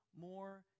more